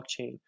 blockchain